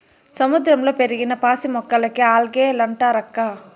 సముద్రంలో పెరిగిన పాసి మొక్కలకే ఆల్గే లంటారక్కా